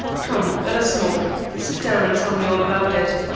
come, let us smoke. sit down, and tell me all about it.